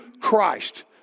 Christ